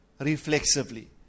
reflexively